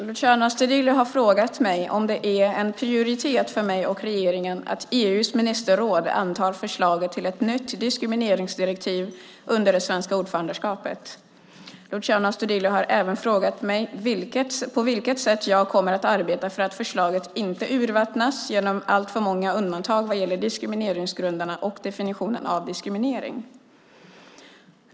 Herr talman! Luciano Astudillo har frågat mig om det är en prioritet för mig och regeringen att EU:s ministerråd antar förslaget till ett nytt diskrimineringsdirektiv under det svenska ordförandeskapet. Luciano Astudillo har även frågat mig på vilket sätt jag kommer att arbeta för att förslaget inte urvattnas genom alltför många undantag vad gäller diskrimineringsgrunderna och definitionen av diskriminering.